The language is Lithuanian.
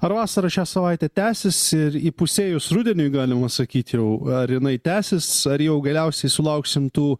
ar vasarą šią savaitę tęsis ir įpusėjus rudeniui galima sakyt jau ar jinai tęsis ar jau galiausiai sulauksim tų